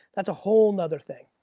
that's a whole and other thing.